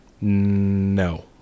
No